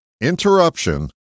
Interruption